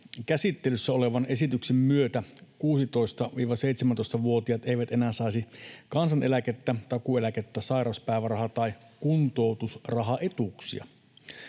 Käsittelyssä olevan esityksen myötä 16—17-vuotiaat eivät enää saisi kansaneläkettä, takuueläkettä, sairauspäivärahaa tai kuntoutusrahaetuuksia.